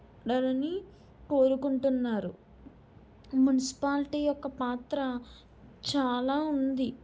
పడాలని కోరుకుంటున్నారు మున్సిపాలిటి యొక్క పాత్ర చాలా ఉంది